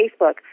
Facebook